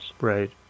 Right